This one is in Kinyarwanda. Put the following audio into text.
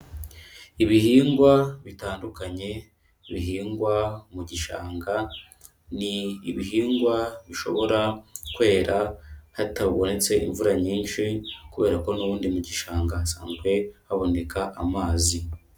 Ibihingwa bitandukanye bihingwa mu gishanga, ni ibihingwa bishobora kwera hatabonetse imvura nyinshi kubera ko n'ubundi mu gishanga hasanzwe haboneka amazi.